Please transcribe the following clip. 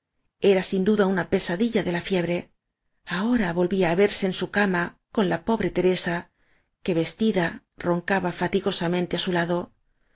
era sin duda una pesadilla de la fiebre ahora volvía á verse en su cama con la pobre teresa que vestida ron caba fatigosamente á su lado